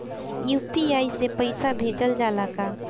UPI से पईसा भेजल जाला का?